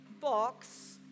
box